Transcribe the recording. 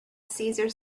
cesar